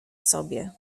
sobie